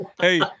Hey